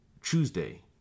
Tuesday